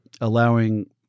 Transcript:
allowing